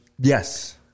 Yes